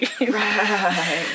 Right